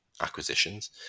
acquisitions